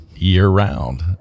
year-round